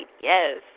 Yes